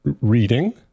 reading